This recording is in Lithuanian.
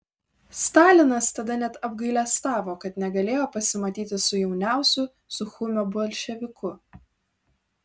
stalinas tada net apgailestavo kad negalėjo pasimatyti su jauniausiu suchumio bolševiku